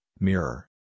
Mirror